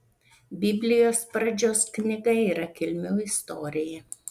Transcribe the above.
biblijos pradžios knyga yra kilmių istorija